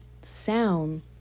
sound